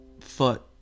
foot